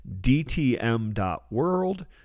dtm.world